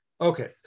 Okay